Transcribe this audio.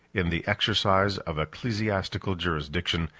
in the exercise of ecclesiastical jurisdiction,